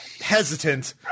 hesitant